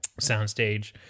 soundstage